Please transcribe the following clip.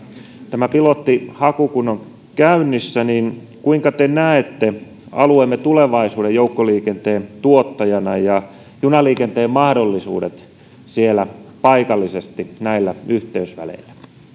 tämä pilottihaku kun on käynnissä niin kuinka te näette alueemme tulevaisuuden joukkoliikenteen tuottajana ja junaliikenteen mahdollisuudet siellä paikallisesti näillä yhteysväleillä